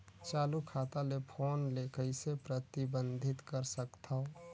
चालू खाता ले फोन ले कइसे प्रतिबंधित कर सकथव?